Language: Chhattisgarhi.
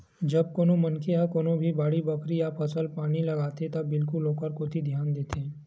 जब कोनो मनखे ह कोनो भी बाड़ी बखरी या फसल पानी लगाथे त बिल्कुल ओखर कोती धियान देथे